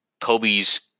Kobe's